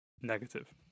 negative